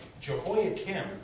Jehoiakim